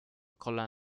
cola